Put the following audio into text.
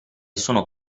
sono